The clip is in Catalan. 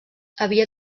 havia